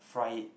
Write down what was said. fry it